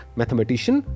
mathematician